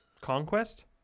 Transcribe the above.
Conquest